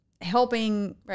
helping